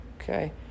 okay